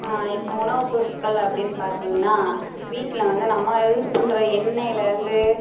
இப்போ உணவு பொருட்கள் அப்படின்னு பார்த்தீங்கனா வீட்டில் வந்து நம்ம யூஸ் பண்ணுற எண்ணெய்லேருந்து